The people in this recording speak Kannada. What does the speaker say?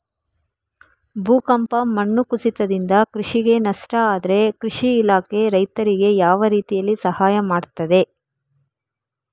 ಭೂಕಂಪ, ಮಣ್ಣು ಕುಸಿತದಿಂದ ಕೃಷಿಗೆ ನಷ್ಟ ಆದ್ರೆ ಕೃಷಿ ಇಲಾಖೆ ರೈತರಿಗೆ ಯಾವ ರೀತಿಯಲ್ಲಿ ಸಹಾಯ ಮಾಡ್ತದೆ?